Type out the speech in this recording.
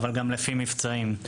אבל גם לפי מבצעים.